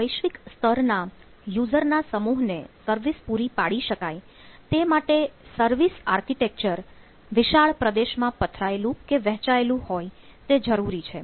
વૈશ્વિક સ્તર ના યુઝરના સમૂહને સર્વિસ પૂરી પાડી શકાય તે માટે સર્વિસ આર્કિટેક્ચર વિશાળ પ્રદેશમાં પથરાયેલું કે વહેંચાયેલું હોય તે જરૂરી છે